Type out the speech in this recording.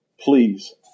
please